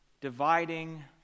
dividing